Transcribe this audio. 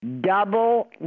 double